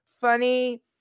Funny